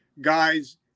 Guys